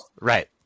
right